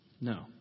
No